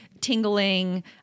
tingling